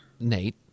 Nate